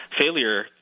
Failure